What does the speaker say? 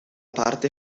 parte